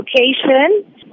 location